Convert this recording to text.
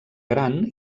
gran